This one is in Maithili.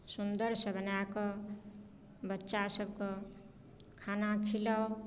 सुन्दरसँ बनाए कऽ बच्चासभकेँ खाना खिलाउ